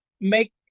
make